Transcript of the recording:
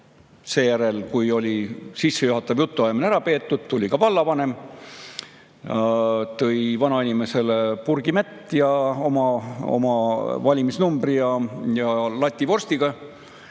seejärel, kui sissejuhatav jutuajamine oli ära peetud, tuli ka vallavanem, tõi vanainimesele purgi mett, oma valimisnumbri ja lati vorsti ka.